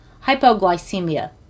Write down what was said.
hypoglycemia